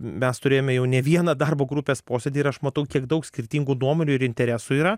mes turėjome jau ne vieną darbo grupės posėdį ir aš matau kiek daug skirtingų nuomonių ir interesų yra